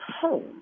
home